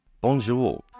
Bonjour